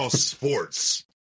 sports